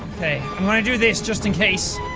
k i'm gonna do this just in case